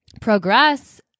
progress